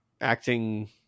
acting